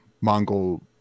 Mongol